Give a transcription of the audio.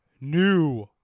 New